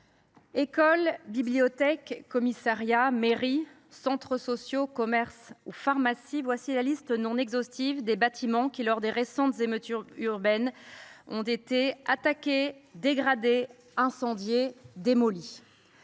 écoles, bibliothèques, commissariats, mairies, centres sociaux, commerces ou pharmacies : telle est la liste, non exhaustive, des bâtiments qui, lors des récentes émeutes urbaines, ont été attaqués, dégradés, incendiés, démolis.